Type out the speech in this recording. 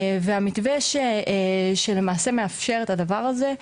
המתווה שלמעשה מאפשר את הדבר הזה,